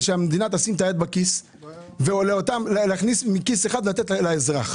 הגיע הזמן שהמדינה תשים את היד בכיס ולהוציא מכיס אחד ולתת לאזרח.